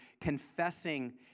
confessing